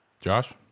josh